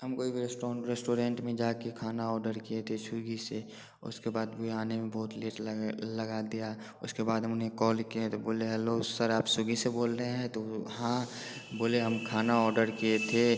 हम कोई restaurant restaurant में जा के खाना ऑर्डर किए थे स्विग्गी से उसके बाद कोई आने में बहुत लेट लगा लगा दिया उसके बाद हमने कॉल किए हैं तो बोल हैलो सर आप स्विग्गी से बोल रहे हैं तो हाँ बोले हम खाना ऑर्डर किए थे